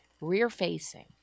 rear-facing